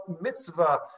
mitzvah